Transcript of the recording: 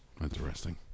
Interesting